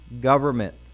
government